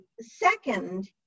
Second